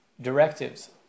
directives